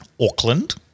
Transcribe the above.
Auckland